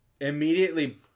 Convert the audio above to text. immediately